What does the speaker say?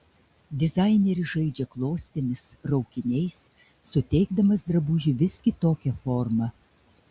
dizaineris žaidžia klostėmis raukiniais suteikdamas drabužiui vis kitokią formą